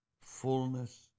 Fullness